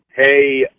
Hey